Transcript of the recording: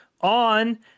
on